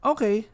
Okay